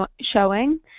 showing